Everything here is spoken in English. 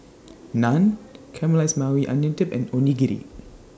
Naan Caramelized Maui Onion Dip and Onigiri